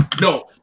No